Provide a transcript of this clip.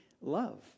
love